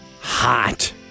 hot